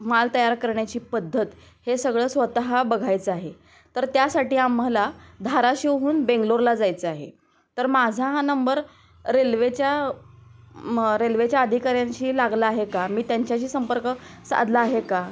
माल तयार करण्याची पद्धत हे सगळं स्वतः बघायचं आहे तर त्यासाठी आम्हाला धाराशिवहून बेंगलोरला जायचं आहे तर माझा हा नंबर रेल्वेच्या म रेल्वेच्या आधिकऱ्यांशी लागला आहे का मी त्यांच्याशी संपर्क साधला आहे का